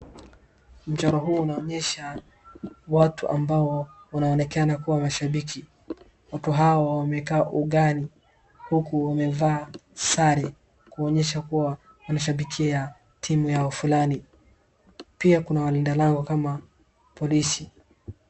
Mchoro huu unaonyesha watu ambao wanaonekana kuwa mashabiki. Watu hawa wamekaa ugani huku wamevaa sare, kuonyesha kuwa wanashabikia timu yao fulani. Pia kuna walinda lango kama polisi.